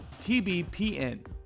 TBPN